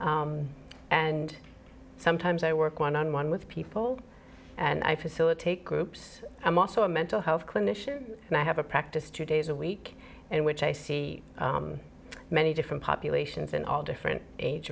and sometimes i work one on one with people and i facilitate groups i'm also a mental health clinician and i have a practice two days a week in which i see many different populations in all different age